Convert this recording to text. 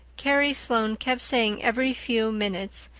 carrie sloane kept saying every few minutes,